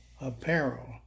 apparel